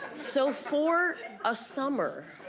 so, for a summer.